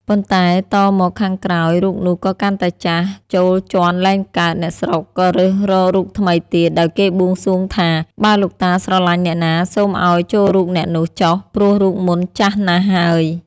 ប៉ុន្តែតមកខាងក្រោយ រូបនោះក៏កាន់តែចាស់ ចូលជាន់លែងកើត អ្នកស្រុកក៏រើសរករូបថ្មីទៀត ដោយគេបួងសួងថា "បើលោកតាស្រឡាញ់អ្នកណា សូមឲ្យចូលរូបអ្នកនោះ ចុះ ព្រោះរូបមុនចាស់ណាស់ហើយ ។